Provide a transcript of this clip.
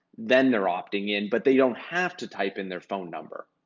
then they're opting in, but they don't have to type in their phone number.